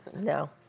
no